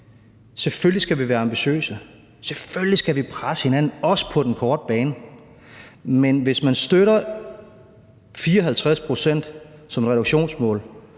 selvfølgelig skal vi være ambitiøse, og selvfølgelig skal vi presse hinanden, også på den korte bane. Men hvis man støtter 54 pct. som et reduktionsmål